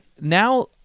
Now